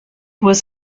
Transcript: was